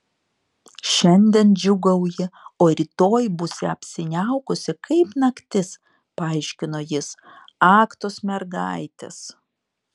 šiandien džiūgauji o rytoj būsi apsiniaukusi kaip naktis paaiškino jis ak tos mergaitės